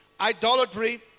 idolatry